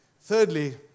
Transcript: Thirdly